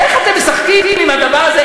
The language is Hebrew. איך אתם משחקים עם הדבר הזה?